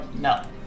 no